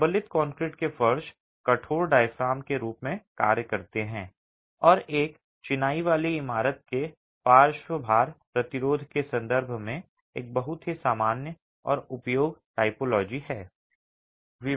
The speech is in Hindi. प्रबलित कंक्रीट के फर्श कठोर डायाफ्राम के रूप में कार्य करते हैं और एक चिनाई वाली इमारत के पार्श्व भार प्रतिरोध के संदर्भ में एक बहुत ही सामान्य और उपयोगी टाइपोलॉजी है